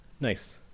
nice